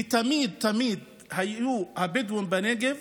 תמיד תמיד היו הבדואים בנגב